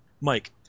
Mike